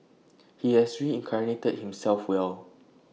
he has reincarnated himself well